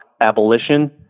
abolition